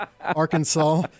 Arkansas